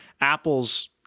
Apple's